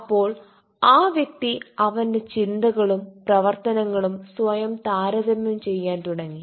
അപ്പോൾ ആ വ്യക്തി അവന്റെ ചിന്തകളും പ്രവർത്തനങ്ങളും സ്വയം താരതമ്യം ചെയ്യാൻ തുടങ്ങി